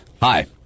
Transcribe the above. Hi